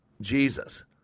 Jesus